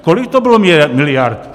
Kolik to bylo miliard?